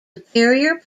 superior